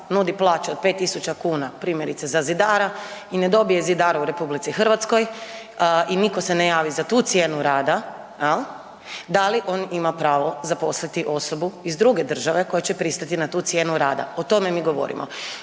nudi plaću od 5.000 kuna primjerice za zidara i ne dobije zidara u RH i nitko se ne javi za tu cijenu rada, jel, da li on ima pravo zaposliti osobu iz druge države koja će pristati na tu cijenu rada? O tome mi govorimo.